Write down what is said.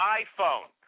iPhone